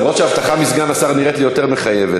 למרות שהבטחה מסגן השר נראית לי יותר מחייבת,